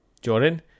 Jordan